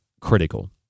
critical